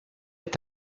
est